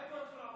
מה עם מנסור עבאס?